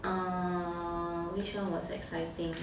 err which one was exciting